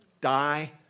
die